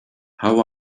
how